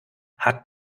hat